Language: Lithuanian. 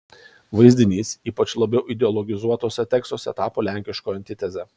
vaizdinys ypač labiau ideologizuotuose tekstuose tapo lenkiškojo antiteze